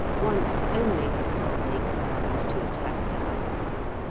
once only have the romany combined to attack the house people,